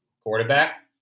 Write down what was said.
quarterback